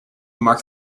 mark